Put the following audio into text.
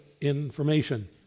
information